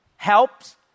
helps